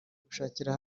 gushakira